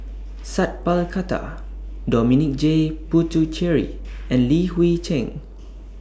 Sat Pal Khattar Dominic J Puthucheary and Li Hui Cheng